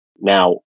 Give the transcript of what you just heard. Now